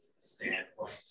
standpoint